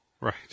Right